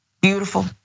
beautiful